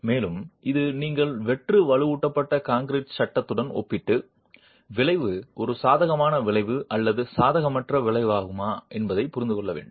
மேலும் இது நீங்கள் வெற்று வலுவூட்டப்பட்ட கான்கிரீட் சட்டத்துடன் ஒப்பிட்டு விளைவு ஒரு சாதகமான விளைவு அல்லது சாதகமற்ற விளைவாகுமா என்பதைப் புரிந்து கொள்ளலாம்